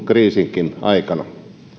kriisinkin aikana